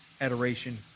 adoration